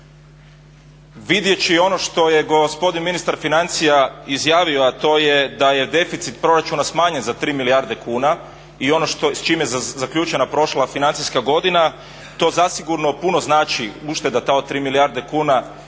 vidjevši ono što je gospodin ministar financija izjavio, a to je da je deficit proračuna smanjen za 3 milijarde kuna i ono s čime je zaključena prošla financijska godina, to zasigurno puno znači ušteda ta od 3 milijarde kuna